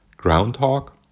Groundhog